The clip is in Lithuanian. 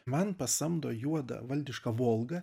man pasamdo juodą valdiška volgą